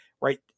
Right